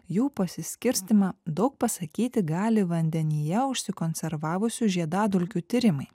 jų pasiskirstymą daug pasakyti gali vandenyje užsikonservavusių žiedadulkių tyrimai